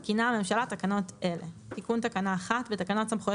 מתקינה הממשלה תקנות אלה: תיקון תקנה 1 בתקנות סמכויות